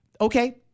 okay